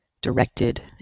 directed